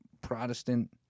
Protestant